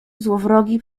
złowrogi